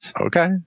okay